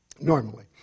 normally